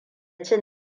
cin